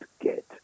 get